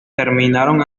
terminaron